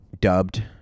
dubbed